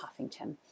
Huffington